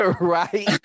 right